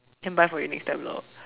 can buy for you next time lor